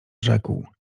rzekł